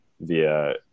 via